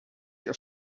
your